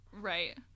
Right